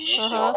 (uh huh)